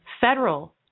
federal